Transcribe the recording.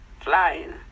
flying